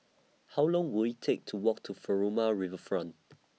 How Long Will IT Take to Walk to Furama Riverfront